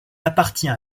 appartient